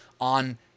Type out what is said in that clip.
on